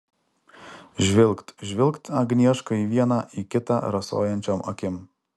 žvilgt žvilgt agnieška į vieną į kitą rasojančiom akim